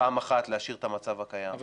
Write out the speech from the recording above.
פעם אחת להשאיר את המצב הקיים --- אבל